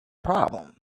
problem